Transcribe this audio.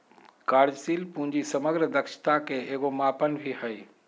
कार्यशील पूंजी समग्र दक्षता के एगो मापन भी हइ